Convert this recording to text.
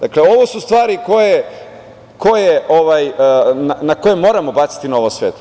Dakle, ovo su stvari na koje moramo baciti svetlo.